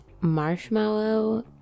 marshmallow